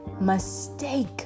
Mistake